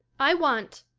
i want,